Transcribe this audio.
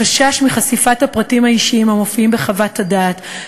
החשש מחשיפת הפרטים האישיים המופיעים בחוות הדעת,